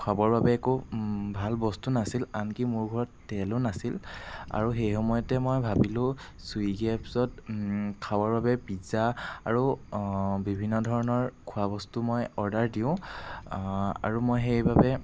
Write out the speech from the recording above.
খাবৰ বাবে একো ভাল বস্তু নাছিল আনকি মোৰ ঘৰত তেলো নাছিল আৰু সেই সময়তে মই ভাবিলো ছুইগী এপছত খাবৰ বাবে পিজ্জা আৰু বিভিন্ন ধৰণৰ খোৱা বস্তু মই অৰ্ডাৰ দিওঁ আৰু মই সেই বাবে